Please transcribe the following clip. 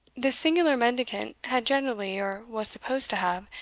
this singular mendicant had generally, or was supposed to have,